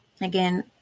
again